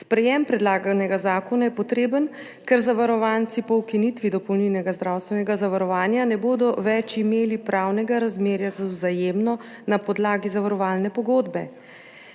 Sprejetje predlaganega zakona je potrebno, ker zavarovanci po ukinitvi dopolnilnega zdravstvenega zavarovanja ne bodo več imeli pravnega razmerja z Vzajemno na podlagi zavarovalne pogodbe.